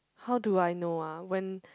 how do I know ah when